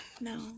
No